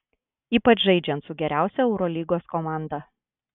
ypač žaidžiant su geriausia eurolygos komanda